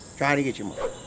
trying to get your money.